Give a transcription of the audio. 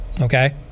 okay